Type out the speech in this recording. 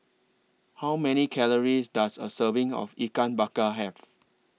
How Many Calories Does A Serving of Ikan Bakar Have